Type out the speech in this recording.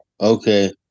Okay